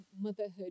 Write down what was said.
motherhood